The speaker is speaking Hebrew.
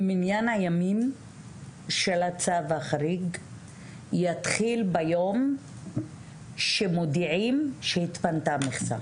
שמניין הימים של הצו החריג יתחיל ביום שמודיעים שהתפנתה מכסה,